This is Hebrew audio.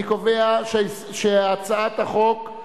אני קובע שהסתייגותם של סיעת קדימה,